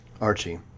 Archie